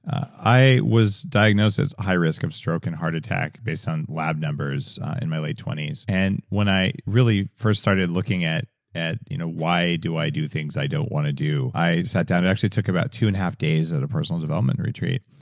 i was diagnosed as high risk of stroke and heart attack based on lab numbers in my late twenty s, and when i really first started looking at at you know why do i do things i don't want to do, i sat down and actually took about two and a half days at a personal development retreat,